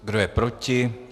Kdo je proti?